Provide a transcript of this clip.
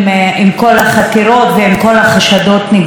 עם כל החקירות ועם כל החשדות נגדו,